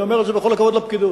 אני אומר את זה בכל הכבוד לפקידות.